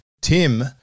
Tim